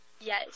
Yes